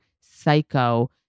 psycho